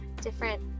different